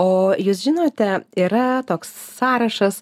o jūs žinote yra toks sąrašas